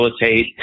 facilitate